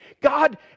God